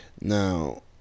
Now